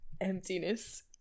emptiness